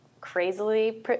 crazily